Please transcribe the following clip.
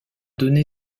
donné